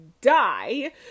die